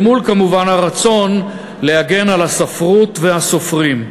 כמובן אל מול הרצון להגן על הספרות והסופרים,